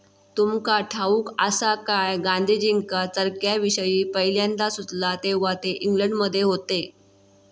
तुमका ठाऊक आसा काय, गांधीजींका चरख्याविषयी पयल्यांदा सुचला तेव्हा ते इंग्लंडमध्ये होते